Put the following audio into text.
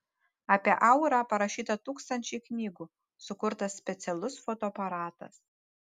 apie aurą parašyta tūkstančiai knygų sukurtas specialus fotoaparatas